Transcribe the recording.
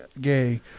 Gay